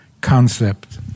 concept